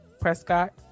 Prescott